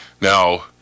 Now